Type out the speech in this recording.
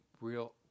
real